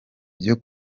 byo